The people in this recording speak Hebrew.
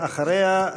ואחריה,